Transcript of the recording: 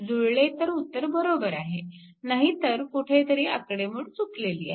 जुळले तर उत्तर बरोबर आहे नाही तर कुठेतरी आकडेमोड चुकलेली आहे